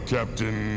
Captain